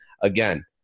again